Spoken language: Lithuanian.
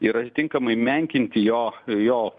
ir atitinkamai menkinti jo jo